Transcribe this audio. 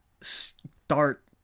start